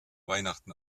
weihnachten